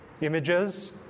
images